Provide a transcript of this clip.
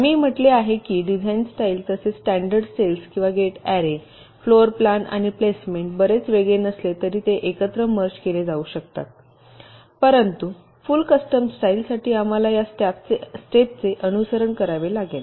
आम्ही असे म्हटले आहे की डिझाइन स्टाईल तसेच स्टँडर्ड सेल्स किंवा गेट अॅरे फ्लोर प्लॅन आणि प्लेसमेंट बरेच वेगळे नसले तरी ते एकत्र मर्ज केले जाऊ शकतात परंतु फुल कस्ट्म स्टाईलसाठी आम्हाला या स्टेप चे अनुसरण करावे लागेल